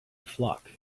flock